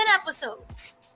episodes